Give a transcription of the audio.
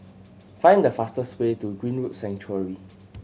find the fastest way to Greenwood Sanctuary